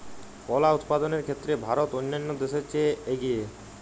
কলা উৎপাদনের ক্ষেত্রে ভারত অন্যান্য দেশের চেয়ে এগিয়ে